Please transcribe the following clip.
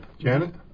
Janet